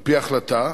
על-פי ההחלטה,